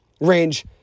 range